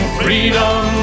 freedom